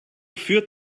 führt